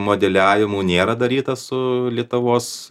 modeliavimų nėra daryta su lietuvos